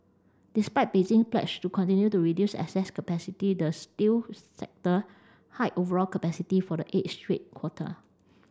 despite Beijing pledge to continue to reduce excess capacity the steel sector hiked overall capacity for the eighth straight quarter